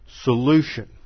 solution